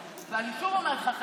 ושוב אני אומרת לך,